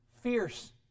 fierce